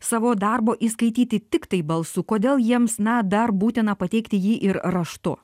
savo darbo įskaityti tiktai balsu kodėl jiems na dar būtina pateikti jį ir raštu